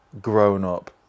grown-up